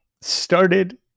started